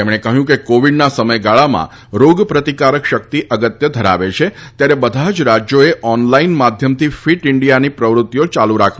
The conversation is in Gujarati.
તેમણે કહ્યું કે કોવિડના સમયગાળામાં રોગપ્રતિકારક શક્તિ અગત્ય ધરાવે છે ત્યારે બધા જ રાજ્યોએ ઓનલાઇન માધ્યમથી ફીટ ઇન્ડિયાની પ્રવૃત્તિઓ યાલુ રાખવી જોઈએ